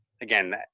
again